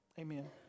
Amen